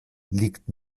liegt